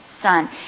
son